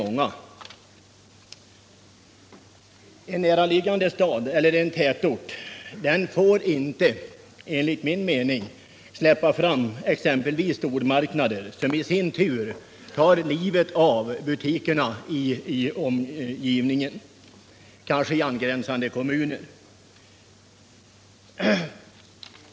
En näraliggande stad eller tätort får enligt min mening inte släppa fram exempelvis stormarknader som tar livet av butikerna i omgivningen — kanske i angränsande kommuner.